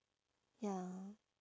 ya